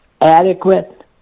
adequate